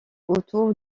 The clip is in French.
autour